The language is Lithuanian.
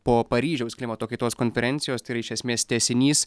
po paryžiaus klimato kaitos konferencijos tai yra iš esmės tęsinys